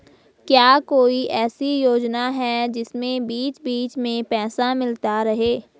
क्या कोई ऐसी योजना है जिसमें बीच बीच में पैसा मिलता रहे?